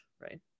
right